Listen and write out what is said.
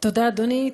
תודה, אדוני.